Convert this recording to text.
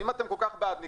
אם אתם כל כך בעדניקים,